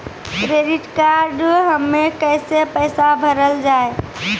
Credit card हम्मे कैसे पैसा भरल जाए?